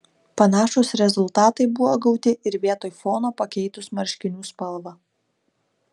panašūs rezultatai buvo gauti ir vietoj fono pakeitus marškinių spalvą